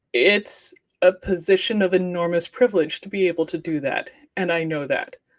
it's a position of enormous privilege to be able to do that, and i know that.